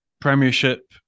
Premiership